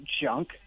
junk